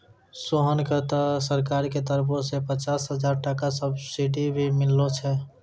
सोहन कॅ त सरकार के तरफो सॅ पचास हजार टका सब्सिडी भी मिललो छै